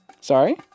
Sorry